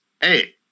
hey